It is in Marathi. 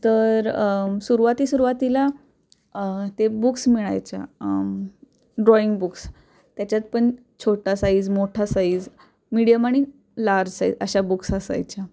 तर सुरवाती सुरवातीला ते बुक्स मिळायच्या ड्रॉईंग बुक्स त्याच्यात पण छोटा साईज मोठा साईज मिडीयम आणि लार्ज साईज अशा बुक्स असायच्या